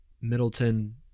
Middleton